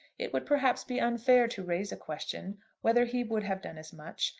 it would perhaps be unfair to raise a question whether he would have done as much,